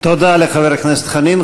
תודה לחבר הכנסת חנין.